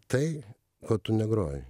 tai ko tu negroji